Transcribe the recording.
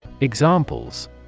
Examples